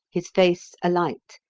his face alight,